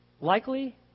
Likely